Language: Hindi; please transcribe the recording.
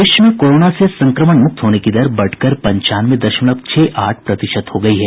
प्रदेश में कोरोना से संक्रमण मुक्त होने की दर बढ़कर पंचानवे दशमलव छह आठ प्रतिशत हो गई है